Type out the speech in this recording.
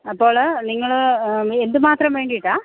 അപ്പോൾ നിങ്ങൾ എന്ത് മാത്രം വേണ്ടീട്ടാണ്